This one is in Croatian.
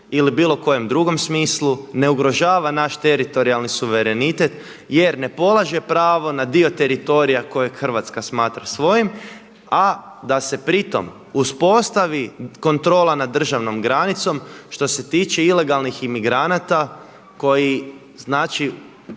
ili bilo kojem drugom smislu, ne ugrožava naš teritorijalni suverenitet jer ne polaže pravo na dio teritorija kojeg Hrvatska smatra svojim. A da se pritom uspostavi kontrola nad državnom granicom što se tiče ilegalnih imigranata koji, znači